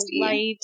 light